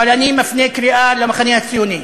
אבל אני מפנה קריאה למחנה הציוני,